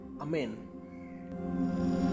Amen